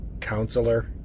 Counselor